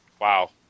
Wow